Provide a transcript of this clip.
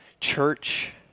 Church